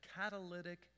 catalytic